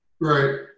Right